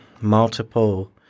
multiple